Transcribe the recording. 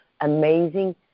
amazing